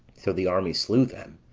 so the army slew them.